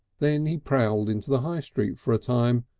then he prowled into the high street for a time,